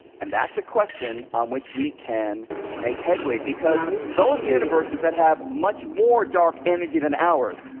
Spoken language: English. and that's a question on which we can make headway. because those universes that have much more dark energy than ours,